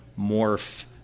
morph